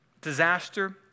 disaster